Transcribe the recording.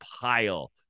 pile